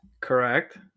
Correct